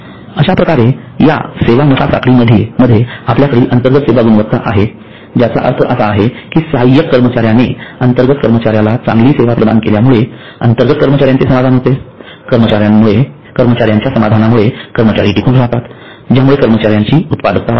अश्याप्रकारे या सेवा नफा साखळी मध्ये आपल्याकडील अंतर्गत सेवा गुणवत्ता आहे ज्याचा अर्थ असा आहे की सहाय्यक कर्मचार्यांने अंतर्गत कर्मचार्यांला चांगली सेवा प्रदान केल्यामुळे अंतर्गत कर्मचार्यांचे समाधान होते कर्मचार्यांच्या समाधानामुळे कर्मचारी टिकून राहतात ज्यामुळे कर्मचार्यांची उत्पादकता वाढते